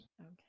Okay